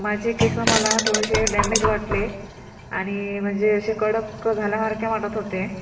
माझे केसं मला थोडेशे डॅमेज वाटले आणि म्हणजे असे कडक झाल्यासारखे वाटत होते